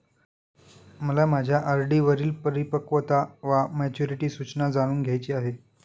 मला माझ्या आर.डी वरील परिपक्वता वा मॅच्युरिटी सूचना जाणून घ्यायची आहे